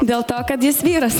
dėl to kad jis vyras